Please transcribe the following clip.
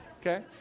Okay